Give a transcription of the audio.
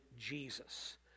Jesus